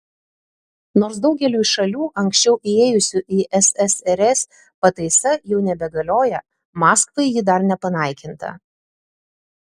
nors daugeliui šalių anksčiau įėjusių į ssrs pataisa jau nebegalioja maskvai ji dar nepanaikinta